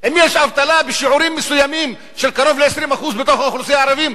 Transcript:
אם יש אבטלה בשיעורים מסוימים של קרוב ל-20% בתוך האוכלוסייה הערבית,